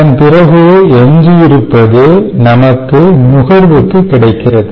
அதன்பிறகு எஞ்சியிருப்பது நமக்கு நுகர்வுக்கு கிடைக்கிறது